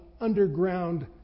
underground